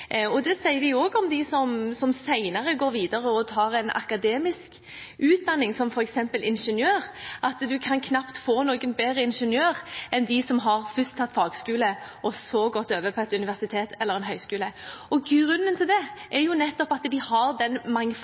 Det sier de også om dem som senere går videre og tar en akademisk utdanning som f.eks. ingeniør, at man kan knapt få en bedre ingeniør enn dem som først har fagskole og så har gått over på universitet eller høyskole. Grunnen er at de nettopp har den mangfoldigheten i utdanningen sin – de har